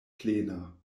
plena